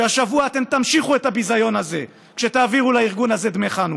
והשבוע אתם תמשיכו את הביזיון הזה כשתעבירו לארגון הזה דמי חנוכה,